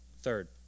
Third